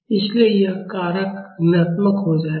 इसलिए यह कारक ऋणात्मक हो जाएगा